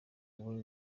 ubu